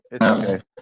okay